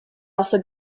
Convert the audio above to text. also